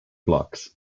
blocks